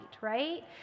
right